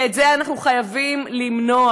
ואת זה אנחנו חייבים למנוע.